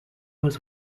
was